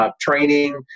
training